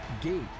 Gate